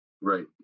Right